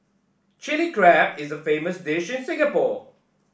Chilli Crab is a famous dish in Singapore